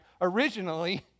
originally